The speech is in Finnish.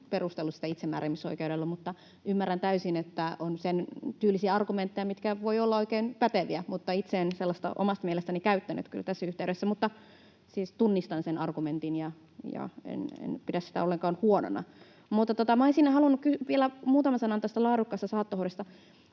perustellut sitä itsemääräämisoikeudella, mutta ymmärrän täysin, että on sen tyylisiä argumentteja, mitkä voivat olla oikein päteviä, mutta itse en sellaista omasta mielestäni käyttänyt kyllä tässä yhteydessä. Mutta siis tunnistan sen argumentin, ja en pidä sitä ollenkaan huonona. Mutta minä olisin halunnut sanoa vielä muutaman sanan tästä laadukkaasta saattohoidosta.